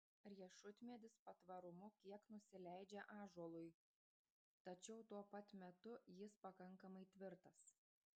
riešutmedis patvarumu kiek nusileidžia ąžuolui tačiau tuo pat metu jis pakankamai tvirtas